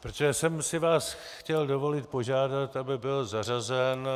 Protože jsem si vás chtěl dovolit požádat, aby byl zařazen